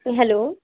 hello